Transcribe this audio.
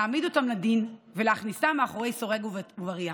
להעמיד אותם לדין ולהכניסם מאחורי סורג ובריח.